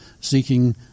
seeking